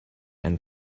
and